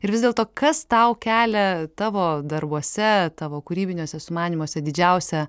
ir vis dėlto kas tau kelia tavo darbuose tavo kūrybiniuose sumanymuose didžiausią